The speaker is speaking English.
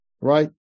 right